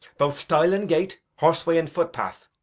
both stile and gate, horseway and footpath.